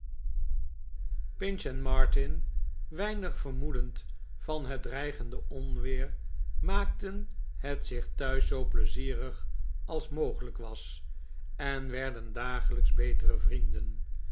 pinch en martin weinig vermoedend van het dreigende onweer maakten het zich thuis zoo pleizierig als mogelijk was en werden dagelijks bet'ere vrienden